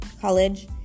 College